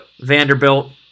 Vanderbilt